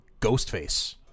Ghostface